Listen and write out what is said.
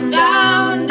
down